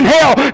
hell